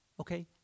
okay